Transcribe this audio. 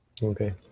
Okay